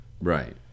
right